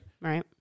Right